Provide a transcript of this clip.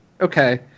okay